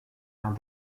out